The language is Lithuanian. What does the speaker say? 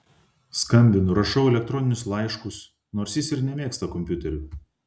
skambinu rašau elektroninius laiškus nors jis ir nemėgsta kompiuterių